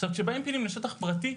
עכשיו, כשבאים פעילים לשטח פרטי,